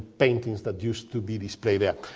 paintings that used to be displayed there.